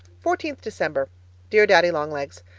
fourteenth december dear daddy-long-legs,